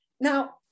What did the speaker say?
Now